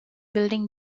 building